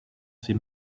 ses